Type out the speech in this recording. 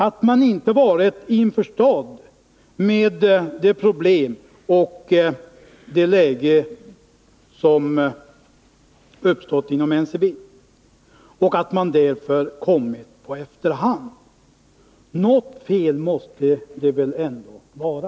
Man har inte varit på det klara med de problem och det läge som uppstått inom NCB, och man har därför kommit i efterhand. Något fel måste det väl ändå vara.